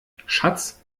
schatz